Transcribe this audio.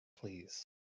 Please